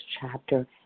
chapter